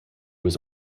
was